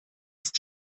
ist